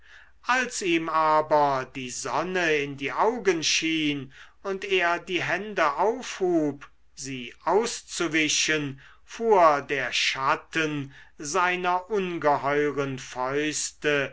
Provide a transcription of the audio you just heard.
als ihm aber die sonne in die augen schien und er die hände aufhub sie auszuwischen fuhr der schatten seiner ungeheuren